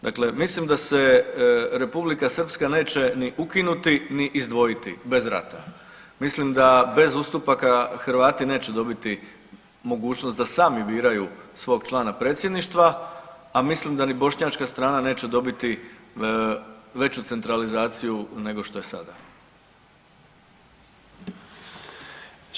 Dakle, mislim da se Republika Srpska neće ni ukinuti ni izdvojiti bez rata, mislim da bez ustupaka Hrvati neće dobiti mogućnost da sami biraju svog člana predsjedništva, a mislim da ni bošnjačka strana neće dobiti veću centralizaciju nego što je sada.